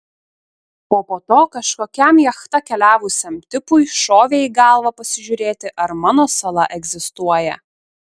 o po to kažkokiam jachta keliavusiam tipui šovė į galvą pasižiūrėti ar mano sala egzistuoja